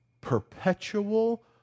Perpetual